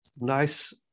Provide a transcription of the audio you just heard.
nice